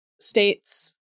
states